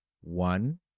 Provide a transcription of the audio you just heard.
One